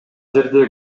жерде